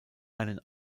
einen